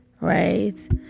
right